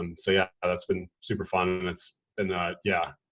um so yeah, that's been super fun. it's been, yeah,